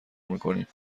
میکنیم